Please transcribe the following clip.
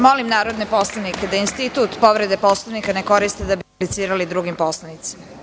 Molim narodne poslanike da institut povrede Poslovnika ne koriste da bi replicirali drugim poslanicima.